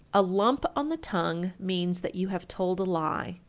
a lump on the tongue means that you have told a lie.